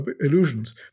illusions